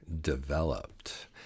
developed